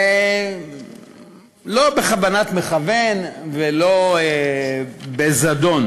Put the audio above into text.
לא בכוונת מכוון ולא בזדון.